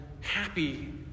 happy